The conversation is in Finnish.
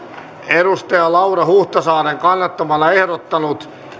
laura huhtasaaren kannattamana ehdottanut